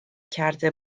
کرده